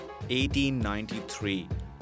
1893